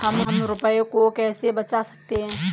हम रुपये को कैसे बचा सकते हैं?